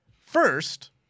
First